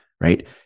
right